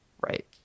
Right